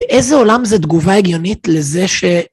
איזה עולם זה תגובה הגיונית לזה ש...